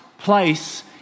place